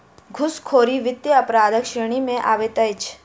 घूसखोरी वित्तीय अपराधक श्रेणी मे अबैत अछि